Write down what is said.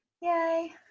Yay